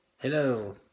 Hello